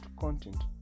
content